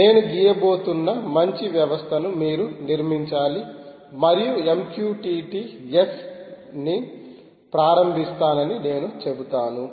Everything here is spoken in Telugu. నేను గీయబోతున్నా మంచి వ్యవస్థను మీరు నిర్మించాలి మరియు MQTT S ని ప్రారంభిస్తానని నేను చెబుతాను